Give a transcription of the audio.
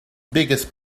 biggest